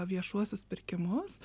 viešuosius pirkimus